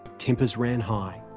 tempers ran high.